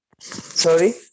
Sorry